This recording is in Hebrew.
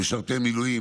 משרתי מילואים,